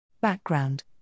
Background